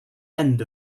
end